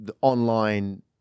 online